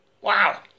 Wow